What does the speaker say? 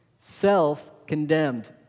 self-condemned